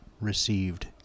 received